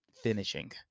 Finishing